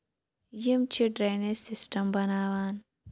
یِم چھِ drainage system بَناوان